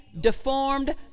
deformed